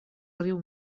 riu